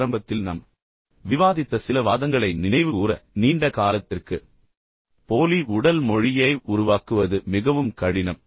ஆரம்பத்தில் நாம் விவாதித்த சில வாதங்களை நினைவுகூர நீண்ட காலத்திற்கு போலி உடல் மொழியை உருவாக்குவது மிகவும் கடினம்